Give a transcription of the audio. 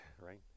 right